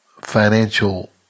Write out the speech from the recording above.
financial